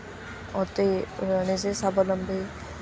অতি নিজে স্বাৱলম্বী